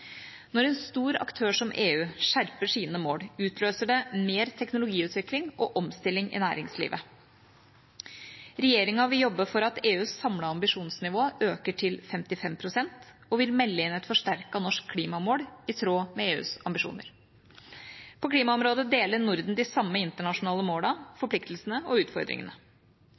Når en stor aktør som EU skjerper sine mål, utløser det mer teknologiutvikling og omstilling i næringslivet. Regjeringa vil jobbe for at EUs samlede ambisjonsnivå øker til 55 pst., og vil melde inn et forsterket norsk klimamål i tråd med EUs ambisjoner. På klimaområdet deler Norden de samme internasjonale målene, forpliktelsene og utfordringene.